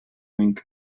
rink